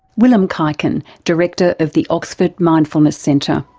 willem kuyken, director of the oxford mindfulness centre.